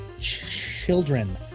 children